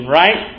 right